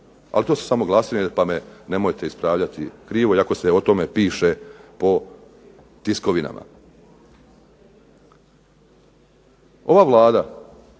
Ali to su samo glasine pa me nemojte ispravljati krivo, iako se o tome piše po tiskovinama. Ova Vlada